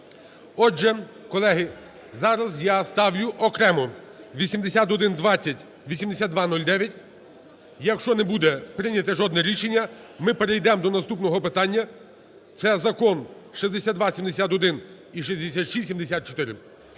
Отже, колеги, зараз я ставлю окремо 8120, 8209, якщо не буде прийняте жодне рішення, ми перейдемо до наступного питання, це закон 6271 і 6674.